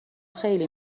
خیلی